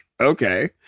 okay